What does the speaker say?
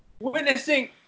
witnessing